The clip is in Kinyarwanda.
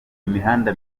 imihanda